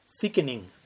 thickening